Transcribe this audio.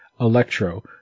Electro